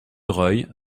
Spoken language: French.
reuil